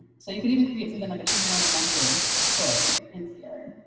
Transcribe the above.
so you can even create something like a choose your own adventure story in sealer.